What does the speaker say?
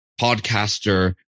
podcaster